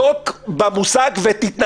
אדוני יעבור --- בדוק במושג ותתנצל.